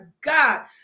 God